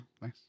nice